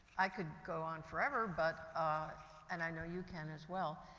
i could go on forever, but and i know you can as well.